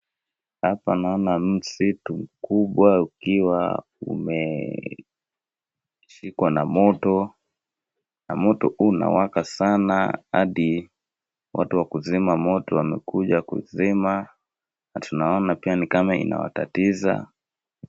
Hapa naona msitu mkubwa ukiwa umeshikwa na moto, na moto unawaka sana, hadi watu wa kuzima moto wamekuja kuzima, na tunaona ni kama inawatatiza.